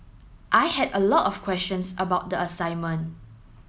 I had a lot of questions about the assignment